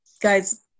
guys